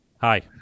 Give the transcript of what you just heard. hi